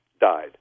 died